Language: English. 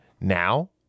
Now